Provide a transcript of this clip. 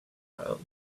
round